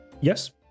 Yes